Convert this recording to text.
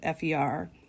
FER